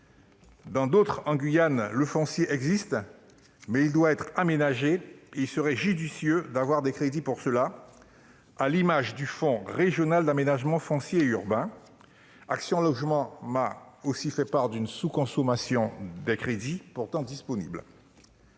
Dans d'autres, comme en Guyane, le foncier existe, mais il doit être aménagé et il serait judicieux d'avoir des crédits pour cela, à l'image du fonds régional d'aménagement foncier et urbain. Action Logement m'a également fait part d'une sous-consommation des crédits, pourtant disponibles.